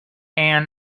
ann